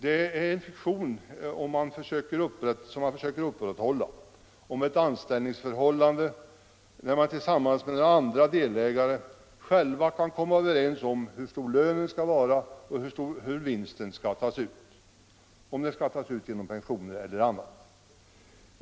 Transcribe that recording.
Det är en fiktion som man försöker skapa om ett anställningsförhållande, när man, själv eller tillsammans med några andra delägare, kan komma överens om hur stor lönen skall vara eller om vinsten skall tas ut genom pensioner eller på annat sätt.